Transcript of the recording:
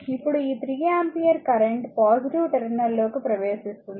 ఇప్పుడు ఈ 3 ampere current positive terminal లోకి ప్రవేశిస్తుంది